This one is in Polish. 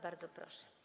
Bardzo proszę.